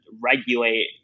regulate